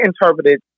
interpreted